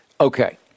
Okay